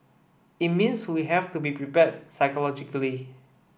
it means we have to be prepared psychologically